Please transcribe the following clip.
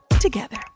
together